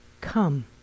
come